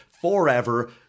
forever